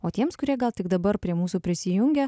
o tiems kurie gal tik dabar prie mūsų prisijungia